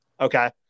Okay